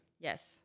yes